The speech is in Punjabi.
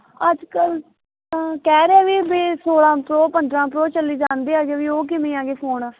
ਅੱਜ ਕੱਲ ਤਾਂ ਕਹਿ ਰਹੇ ਵੀ ਵੀ ਸੋਲ੍ਹਾਂ ਪਰੋ ਪੰਦਰ੍ਹਾਂ ਪਰੋ ਚੱਲੀ ਜਾਂਦੇ ਹੈਗੇ ਵੀ ਉਹ ਕਿਵੇਂ ਹੈਗੇ ਫੋਨ